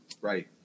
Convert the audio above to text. right